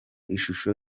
ishusho